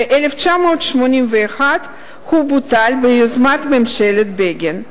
ב-1981 הוא בוטל ביוזמת ממשלת בגין.